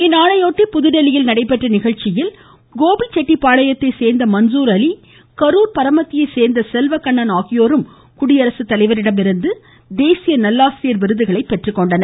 இந்நாளையொட்டி புதுதில்லியில் நடைபெற்ற நிகழ்ச்சியில் கோபி செட்டிபாளையத்தை சோந்த மன்சூர் அலி கரூர் பரமத்தியை சோந்த செல்வ கண்ணன் ஆகியோரும் குடியரசு தலைவரிடமிருந்து தேசிய நல்லாசிரியர் விருதுகளை பெற்றுக்கொண்டனர்